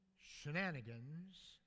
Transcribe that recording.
shenanigans